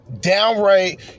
downright